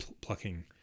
plucking